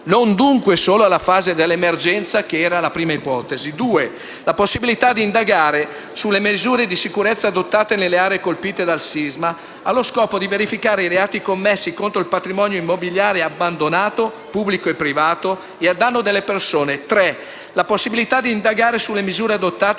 (non, dunque, solo alla fase dell'emergenza, che era la prima ipotesi); la possibilità di indagare sulle misure di sicurezza adottate nelle aree colpite dal sisma, allo scopo di verificare i reati commessi contro il patrimonio immobiliare abbandonato, pubblico e privato, e a danno delle persone; la possibilità di indagare sulle misure adottate